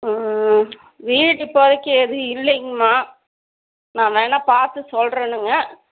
வீடு இப்போதைக்கு எதுவும் இல்லங்கம்மா நான் வேணா பார்த்து சொல்லுறேனுங்க